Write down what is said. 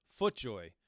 Footjoy